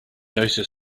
noticed